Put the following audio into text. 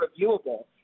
reviewable